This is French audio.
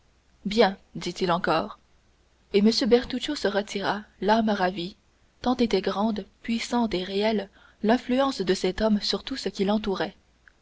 bien dit-il encore et m bertuccio se retira l'âme ravie tant était grande puissante et réelle l'influence de cet homme sur tout ce qui l'entourait